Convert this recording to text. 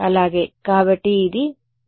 అలాగే కాబట్టి ఇది బోర్డు నుండి బయటకు వస్తున్న E